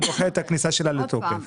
הוא דוחה את הכניסה שלה לתוקף.